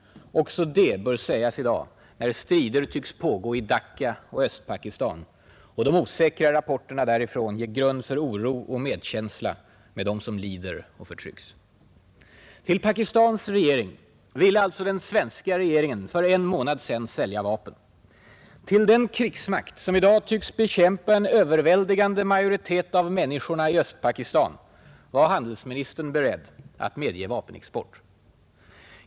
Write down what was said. Också det bör sägas i dag när strider tycks pågå i Dacca och Östpakistan och de osäkra rapporterna därifrån ger grund för oro och medkänsla med dem som lider och förtrycks. en av principerna för vapenexport Till Pakistans regering ville alltså den svenska regeringen för en månad sedan sälja vapen. Till den krigsmakt, som i dag tycks bekämpa en överväldigande majoritet av människorna i östpakistan, var handelsministern beredd att medge vapenexport.